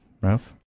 Ralph